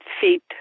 feet